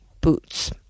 boots